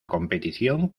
competición